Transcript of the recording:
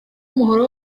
umuhoro